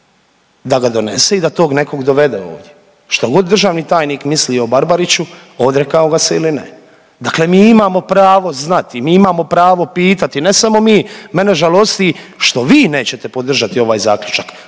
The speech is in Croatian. da ga donese i da tog nekog dovede ovdje što god državni tajnik misli o Barbariću odrekao ga se ili ne. Dakle, m i imamo pravo znati, mi imamo pravo pitati ne samo mi. Mene žalosti što vi nećete podržati ovaj zaključak